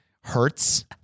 hurts